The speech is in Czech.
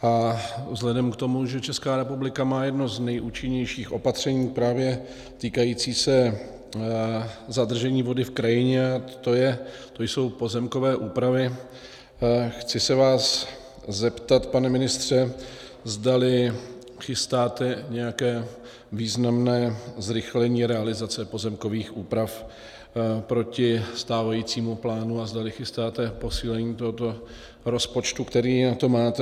A vzhledem k tomu, že Česká republika má jedno z nejúčinnějších opatření právě týkajících se zadržení vody v krajině, a to jsou pozemkové úpravy, chci se vás zeptat, pane ministře, zdali chystáte nějaké významné rychlení realizace pozemkových úprav proti stávajícímu plánu a zdali chystáte posílení tohoto rozpočtu, který na to máte.